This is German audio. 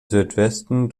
südwesten